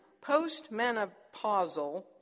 post-menopausal